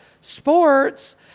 sports